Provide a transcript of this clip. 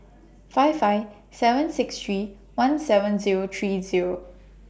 five five seven six three one seven Zero three Zero